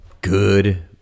good